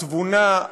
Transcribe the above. התבונה,